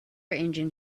engine